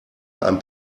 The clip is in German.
ein